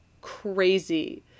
crazy